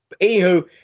Anywho